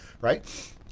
Right